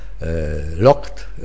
locked